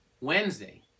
Wednesday